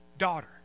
daughter